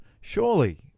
surely